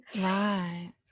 Right